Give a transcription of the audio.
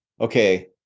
okay